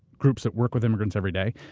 groups that work with immigrants every day.